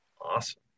Awesome